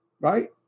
right